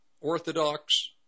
Orthodox